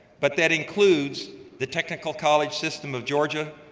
but that includes the technical college system of georgia